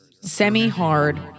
Semi-hard